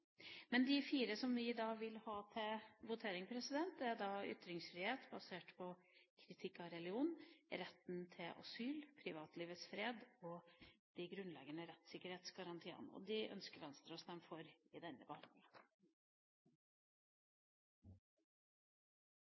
De fire forslagene vi vil ha til votering, gjelder ytringsfrihet – basert på kritikk av religion – retten til asyl, privatlivets fred og de grunnleggende rettssikkerhetsgarantiene. Disse forslagene ønsker Venstre å stemme for